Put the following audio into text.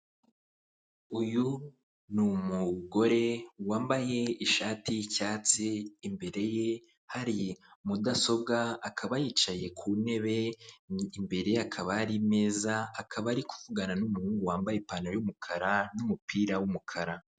Uyu ni umugore wambaye ishati y'icyatsi, imbere ye hari mudasobwa, akaba yicaye ku ntebe imbere ye hakaba hari imeza, akaba ari kuvugana n'umuhungu wambaye ipantaro y'umukara n'umupira w'umukara.